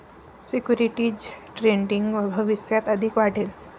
securities trading भविष्यात अधिक वाढेल